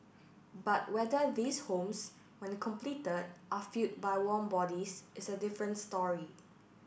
but whether these homes when completed are filled by warm bodies is a different story